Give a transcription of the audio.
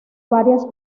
varias